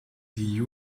die